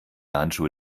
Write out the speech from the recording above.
handschuhe